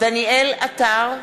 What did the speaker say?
דניאל עטר,